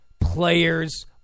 players